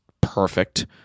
perfect